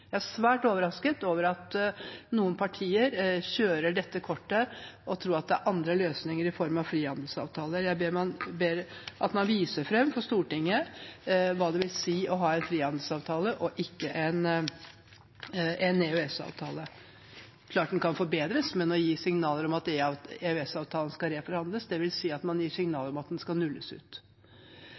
Jeg er svært overrasket over at noen partier spiller ut dette kortet og tror at det er andre løsninger i form av frihandelsavtaler. Jeg ber om at man viser fram for Stortinget hva det vil si å ha en frihandelsavtale og ikke en EØS-avtale. Det er klart at den kan forbedres, men å gi signaler om at EØS-avtalen skal reforhandles, vil si at man gir signaler om at den skal nulles ut.